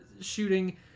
shooting